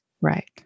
Right